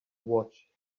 watch